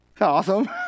Awesome